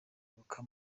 ibuka